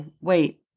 wait